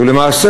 ולמעשה,